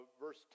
verse